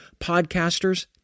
podcasters